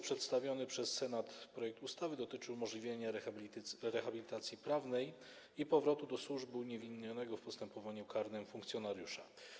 Przedstawiony przez Senat projekt ustawy dotyczy umożliwienia rehabilitacji prawnej i powrotu do służby uniewinnionego w postępowaniu karnym funkcjonariusza.